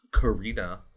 Karina